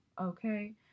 okay